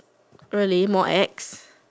really more ex